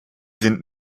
sind